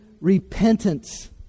repentance